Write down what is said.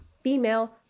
female